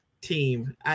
team